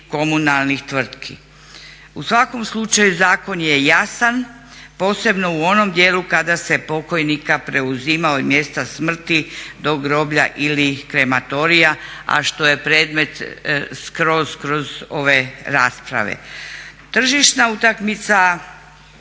U svakom slučaju zakon je jasan, posebno u onom dijelu kada se pokojnika preuzima od mjesta smrti do groblja ili krematorija, a što je predmet ove rasprave. Tržišna utakmica